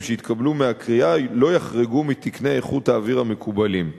שיתקבלו מהכרייה לא יחרגו מתקני איכות האוויר המקובלים.